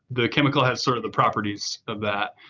the chemical has sort of the properties of that.